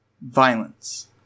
Violence